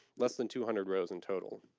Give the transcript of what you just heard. less than two hundred rows in total.